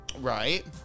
Right